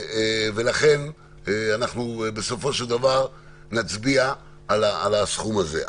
ולכן בסופו של דבר נצביע על הסכום הזה.